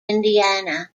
indiana